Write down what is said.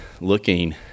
looking